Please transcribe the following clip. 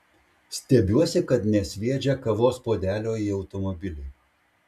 stebiuosi kad nesviedžia kavos puodelio į automobilį